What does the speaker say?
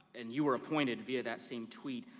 and you were appointed be that same tweet.